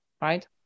right